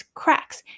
cracks